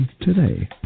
today